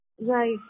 Right